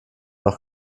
doch